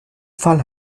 fall